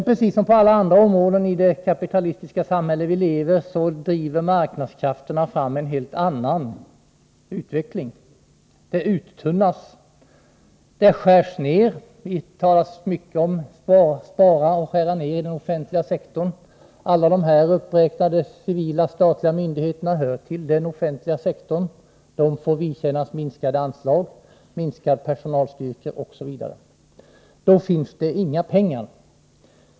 Precis som på alla andra områden i det kapitalistiska samhälle vi lever i driver marknadskrafterna här fram en helt annan utveckling — det tunnas ut och skärs ned. Det talas mycket om besparingar och nedskärningar i den offentliga sektorn. Alla de här uppräknade civila statliga myndigheterna hör till den offentliga sektorn. De får vidkännas sänkta anslag, minskad personalstyrka osv. Till dem finns det inga pengar.